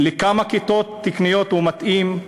לכמה כיתות תקניות הם מתאימים,